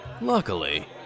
Luckily